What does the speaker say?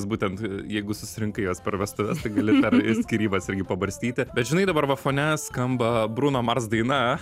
būtent jeigu susirenkai juos per vestuves tai gali dar ir skyrybas irgi pabarstyti bet žinai dabar va fone skamba bruno mars daina